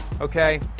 Okay